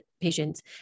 patients